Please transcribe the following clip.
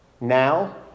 now